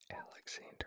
Alexander